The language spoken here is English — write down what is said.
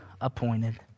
appointed